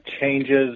changes